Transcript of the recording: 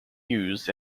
used